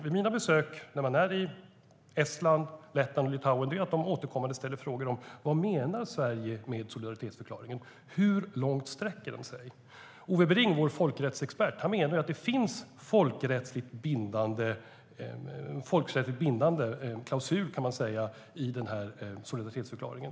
Något som är återkommande vid mina besök i Estland, Lettland och Litauen är att de frågar: Vad menar Sverige med solidaritetsförklaringen? Hur långt sträcker sig den? Ove Bring, vår folkrättsexpert, menar att det finns en folkrättsligt bindande klausul i solidaritetsförklaringen.